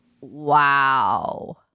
Wow